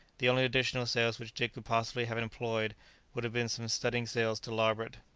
the only additional sails which dick could possibly have employed would have been some studding-sails to larboard,